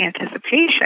anticipation